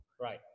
Right